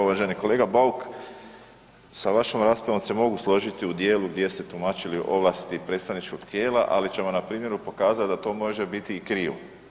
Uvaženi kolega Bauk sa vašom raspravom se mogu složiti u dijelu gdje ste tumačili ovlasti predstavničkog tijela, ali ćemo na primjeru pokazat da to može biti i krivo.